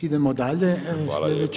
Idemo dalje.